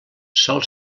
sol